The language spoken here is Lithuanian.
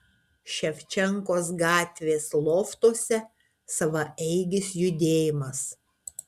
ševčenkos gatvės loftuose savaeigis judėjimas